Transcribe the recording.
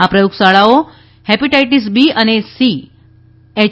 આ પ્રયોગશાળાઓ hepatitis B અને સી એચ